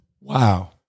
Wow